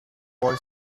boy